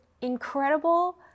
incredible